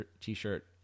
T-shirt